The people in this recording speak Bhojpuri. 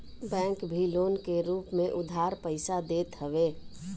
बैंक भी लोन के रूप में उधार पईसा देत हवे